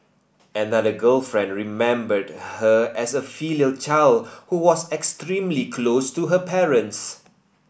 another girlfriend remembered her as a filial child who was extremely close to her parents